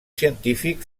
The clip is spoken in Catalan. científic